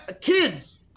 Kids